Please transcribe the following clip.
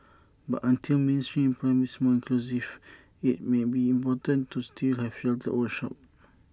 but until mainstream employment is more inclusive IT may be important to still have sheltered workshops